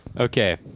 Okay